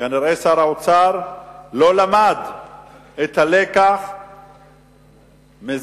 כנראה שר האוצר לא למד את הלקח מזה,